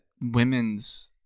women's